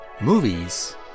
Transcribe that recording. movies